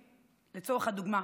לדוגמה,